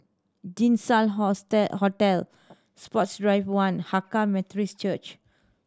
Jinshan Hotel Sports Drive One Hakka Methodist Church